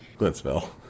Glitzville